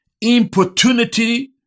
importunity